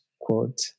quote